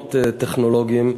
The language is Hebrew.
כישרונות טכנולוגיים,